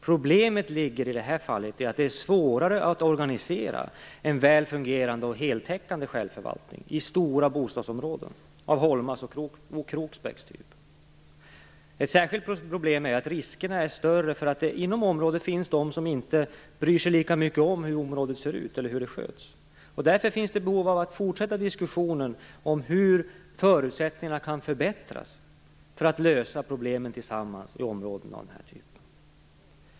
Problemet ligger i det här fallet i att det är svårare att organisera en väl fungerande och heltäckande självförvaltning i stora bostadsområden av Holmas och Kroksbäcks typ. Ett särskilt problem är att riskerna är större för att det inom området finns de som inte bryr sig lika mycket om hur området ser ut eller hur det sköts. Därför finns det behov av att fortsätta diskussionen om hur förutsättningarna kan förbättras för att lösa problemen tillsammans i områden av den här typen.